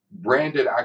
branded